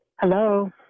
Hello